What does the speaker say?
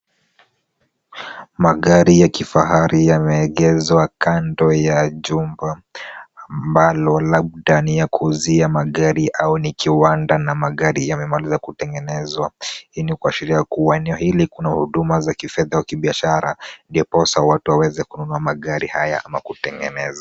Magari ya kifahari yameegezwa kando ya jumba ambalo labda ni ya kuuzia magari ama ni kiwanda na magari yamemalizwa kutengenezwa. Hii ni kuashiria kuwa eneo hili kuna huduma za kifedha au kibiashara ndiposa watu waweze kununua magari haya ama kutengeneza.